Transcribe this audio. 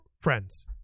friends